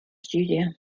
studio